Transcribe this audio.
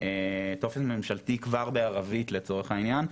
טופס ממשלתי כבר בערבית לצורך העניין,